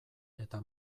eta